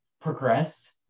progress